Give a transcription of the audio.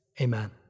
amen